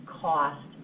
cost